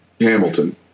Hamilton